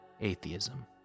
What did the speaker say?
atheism